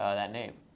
ah that name.